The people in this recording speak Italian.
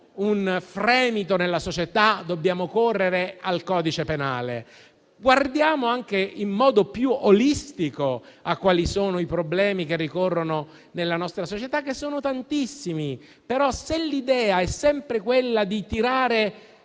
un fremito nella società, correre al codice penale. Guardiamo anche in modo più "olistico" a quali sono i problemi che ricorrono nella nostra società, che sono tantissimi. Se l'idea è sempre quella di tirare